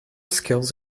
skills